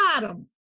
bottom